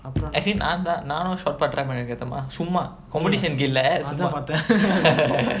as in நாந்தா நானு:naanthaa naanu shot put try பண்ணிற்க தெர்மா சும்மா:pannirka thermaa summaa competition இல்ல சும்மா:illa summaa